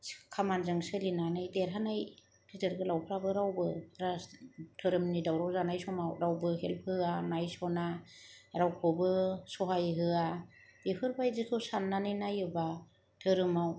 खामानिजों सोलिनानै देरहानाय गेदेर गोलावफोराबो रावबो राज धोरोमनि दावराव जानाय समाव रावबो हेल्प होआ नायस'ना रावखौबो सहाय होआ बेफोरबायदिखौ साननानै नायोब्ला धोरोमाव